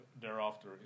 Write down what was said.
thereafter